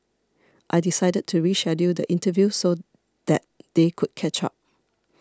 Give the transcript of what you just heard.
I decided to reschedule the interview so that they could catch up